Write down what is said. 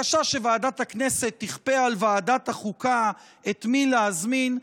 בבקשה שוועדת הכנסת תכפה על ועדת החוקה את מי להזמין,